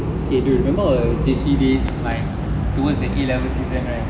okay do you remember our J_C days like towards the a levels season right